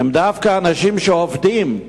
הם דווקא אנשים שעובדים,